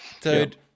Dude